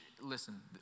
listen